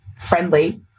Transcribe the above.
friendly